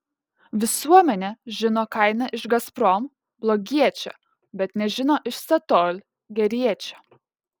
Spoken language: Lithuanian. visuomenė žino kainą iš gazprom blogiečio bet nežino iš statoil geriečio